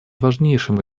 важнейшим